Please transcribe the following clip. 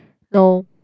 no